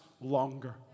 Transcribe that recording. longer